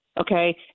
okay